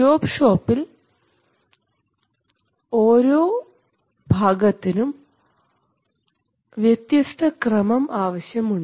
job ഷോപ്പിൽ ഓരോ ഭാഗത്തിനും വ്യത്യസ്ത ക്രമം ആവശ്യമുണ്ട്